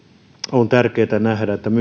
on tärkeätä nähdä